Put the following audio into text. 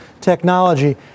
technology